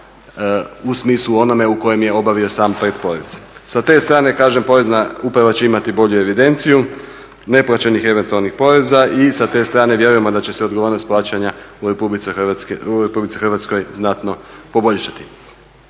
u smislu onome u kojem je obavio sam pretporez. Sa te strane kažem Porezna uprava će imati bolju evidenciju neplaćenih eventualnih poreza i sa te strane vjerujemo da će se odgovornost plaćanja u Republici Hrvatskoj znatno poboljšati.